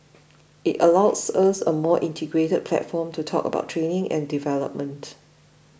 it allows us a more integrated platform to talk about training and development